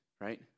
right